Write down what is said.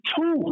two